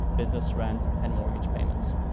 business, rent and mortgage payments.